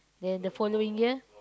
then the following year